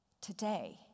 today